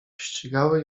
ścigały